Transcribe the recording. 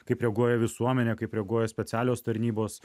kaip reaguoja visuomenė kaip reaguoja specialios tarnybos